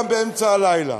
גם באמצע הלילה.